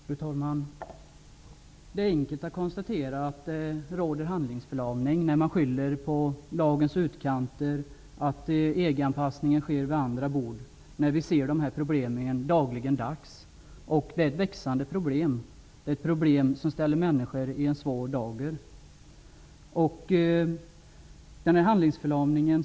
Fru talman! Det är enkelt att konstatera att det råder handlingsförlamning. Man talar om lagens utkanter och skyller på att EG-anpassningen sker vid andra bord. Det här problemet ser vi dagligdags. Det är ett växande problem, som försätter människor i en svår situation. Jag anser att regeringen lider av handlingsförlamning.